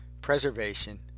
preservation